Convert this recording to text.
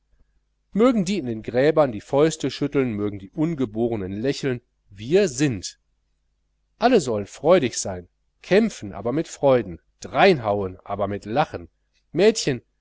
mögen die in den gräbern die fäuste schütteln mögen die ungeborenen lächeln wir sind alle sollen freudig sein kämpfen aber mit freuden dreinhauen aber mit lachen mädchen